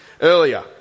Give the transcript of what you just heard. earlier